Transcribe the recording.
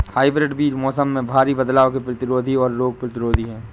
hybrid बीज मौसम में भारी बदलाव के प्रतिरोधी और रोग प्रतिरोधी हैं